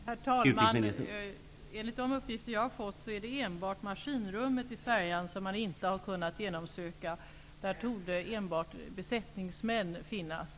Herr talman! Enligt de uppgifter jag har fått är det enbart maskinrummet i färjan som man inte har kunnat genomsöka. Där torde enbart besättningsmän finnas.